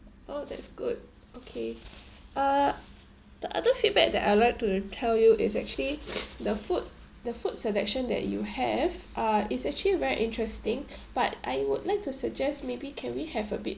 oh that's good okay uh the other feedback that I like to tell you is actually the food the food selection that you have uh it's actually very interesting but I would like to suggest maybe can we have a bit